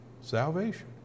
salvation